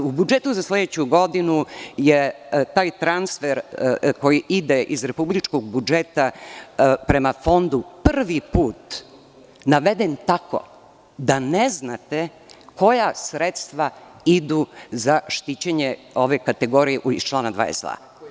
U budžetu za sledeću godinu je taj transfer koji ide iz republičkog budžeta, prema fondu prvi put naveden tako da ne znate koja sredstva idu za štićenje ove kategorije iz člana 22.